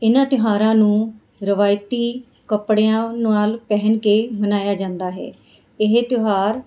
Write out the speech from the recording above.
ਇਹਨਾਂ ਤਿਉਹਾਰਾਂ ਨੂੰ ਰਵਾਇਤੀ ਕੱਪੜਿਆਂ ਨਾਲ ਪਹਿਨ ਕੇ ਮਨਾਇਆ ਜਾਂਦਾ ਹੈ ਇਹ ਤਿਉਹਾਰ